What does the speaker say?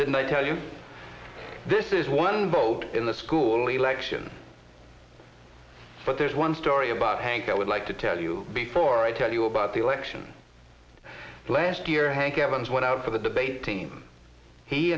didn't i tell you this is one vote in the school election but there's one story about hank i would like to tell you before i tell you about the election last year hank evans went out for the debate team he